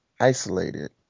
isolated